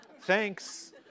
Thanks